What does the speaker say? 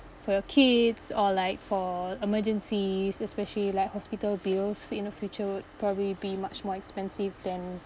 for your kids or like for emergencies especially like hospital bills in the future would probably be much more expensive than